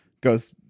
goes